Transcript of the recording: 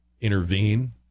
intervene